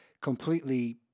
completely